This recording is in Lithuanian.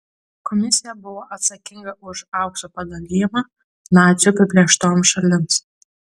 komisija buvo atsakinga už aukso padalijimą nacių apiplėštoms šalims